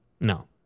No